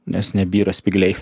nes nebyra spygliai